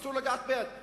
אסור לגעת ביד,